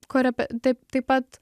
korepe taip taip pat